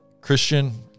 Christian